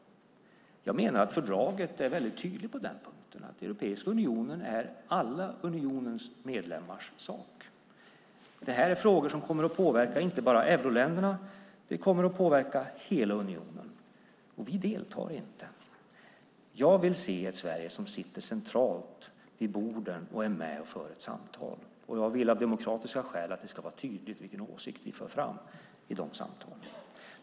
Jag menar att fördraget är väldigt tydligt på den punkten. Europeiska unionen är alla unionens medlemmars sak. Detta är frågor som kommer att påverka inte bara euroländerna, utan de kommer att påverka hela unionen. Och vi deltar inte! Jag vill se ett Sverige som sitter centralt vid borden och är med och för samtal. Och jag vill av demokratiska skäl att det ska vara tydligt vilken åsikt vi för fram i de samtalen.